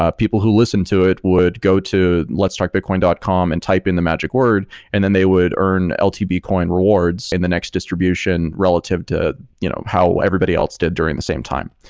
ah people who listened to it would go to letsstartbitcoin dot com and type in the magic word and then they would earn ltb coin rewards in the next distribution relative to you know how everybody else did during the same time.